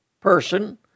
person